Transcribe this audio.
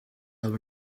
have